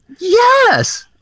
yes